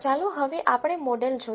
ચાલો હવે આપણે મોડેલ જોઈએ